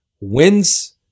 Wins